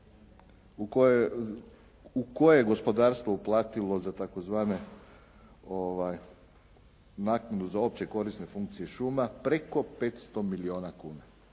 u koje je gospodarstvo uplatilo za tzv. naknadu za opće korisne funkcije šuma preko 500 milijuna kuna